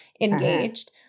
engaged